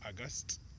August